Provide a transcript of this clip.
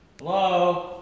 Hello